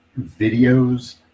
videos